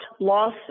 loss